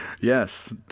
Yes